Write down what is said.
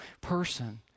person